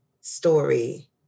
story